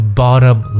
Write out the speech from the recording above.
bottom